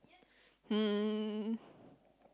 um